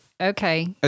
Okay